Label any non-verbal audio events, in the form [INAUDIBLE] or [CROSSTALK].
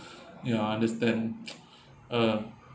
[BREATH] ya I understand [NOISE] uh